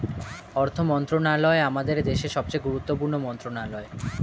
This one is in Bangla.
অর্থ মন্ত্রণালয় আমাদের দেশের সবচেয়ে গুরুত্বপূর্ণ মন্ত্রণালয়